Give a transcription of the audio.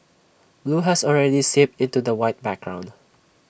blue has already seeped into the white background